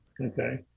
Okay